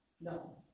no